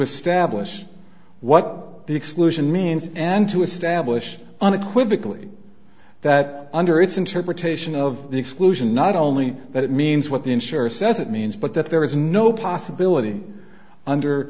establish what the exclusion means and to establish unequivocally that under its interpretation of the exclusion not only that it means what the insurer says it means but that there is no possibility under